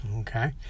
okay